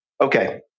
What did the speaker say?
Okay